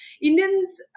indians